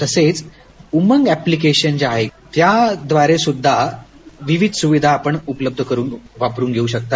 तसंच woman application जे आहे त्याद्वारे सुद्धा विविध सुविधा आपण उपलब्ध करुन वापरु शकता